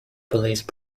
police